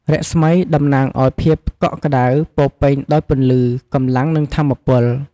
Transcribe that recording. រស្មី តំណាង ឱ្យភាពកក់ក្តៅ ពោពេញដោយពន្លឺ កម្លាំង និងថាមពល។